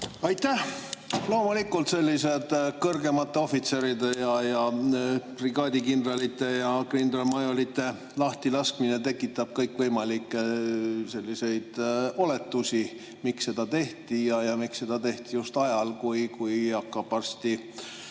Aitäh! Loomulikult, selline kõrgemate ohvitseride ja brigaadikindralite ja kindralmajorite lahtilaskmine tekitab kõikvõimalikke oletusi, miks seda tehti ja miks seda tehti ajal, kui hakkab varsti